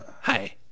Hi